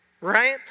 right